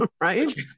Right